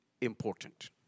important